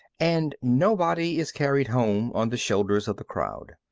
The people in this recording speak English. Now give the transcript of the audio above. and nobody is carried home on the shoulders of the crowd.